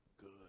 good